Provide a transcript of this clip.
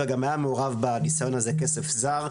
וגם היה מעורב בניסיון הזה כסף זר.